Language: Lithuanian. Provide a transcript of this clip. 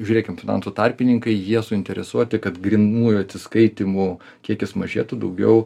žiūrėkim finansų tarpininkai jie suinteresuoti kad grynųjų atsiskaitymų kiekis mažėtų daugiau